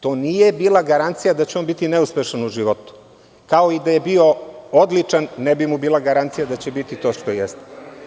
To nije bila garancija da će on biti neuspešan u životu, kao i da je bio odličan ne bi mu bila garancija da će biti to što jeste.